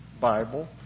Bible